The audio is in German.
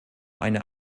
eine